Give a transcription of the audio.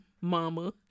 mama